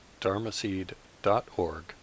dharmaseed.org